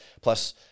plus